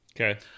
Okay